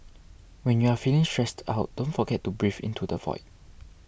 when you are feeling stressed out don't forget to breathe into the void